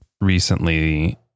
recently